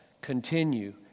continue